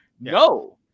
no